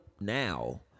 now